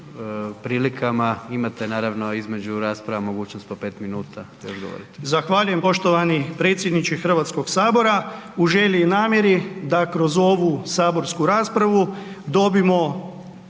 prilikama, imate naravno između rasprava mogućnost po 5 minuta. **Horvat,